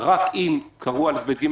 רק אם התקיימו תנאים מסוימים,